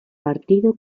partido